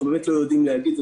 אנחנו באמת לא יודעים להגיד.